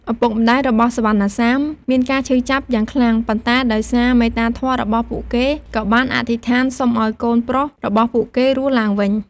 ឪពុកម្ដាយរបស់សុវណ្ណសាមមានការឈឺចាប់យ៉ាងខ្លាំង ប៉ុន្តែដោយសារមេត្តាធម៌របស់ពួកគេ ក៏បានអធិដ្ឋានសុំឱ្យកូនប្រុសរបស់ពួកគេរស់ឡើងវិញ។